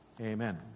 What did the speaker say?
amen